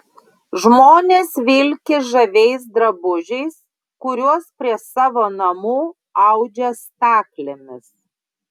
žmonės vilki žaviais drabužiais kuriuos prie savo namų audžia staklėmis